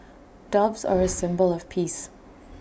doves are A symbol of peace